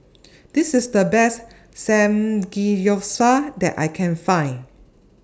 This IS The Best Samgeyopsal that I Can Find